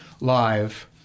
live